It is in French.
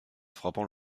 frappant